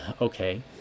okay